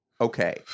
Okay